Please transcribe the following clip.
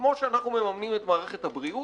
כמו שאנחנו מממנים את מערכת הבריאות,